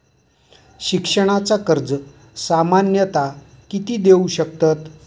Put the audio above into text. शिक्षणाचा कर्ज सामन्यता किती देऊ शकतत?